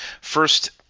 First